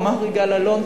אמר יגאל אלון,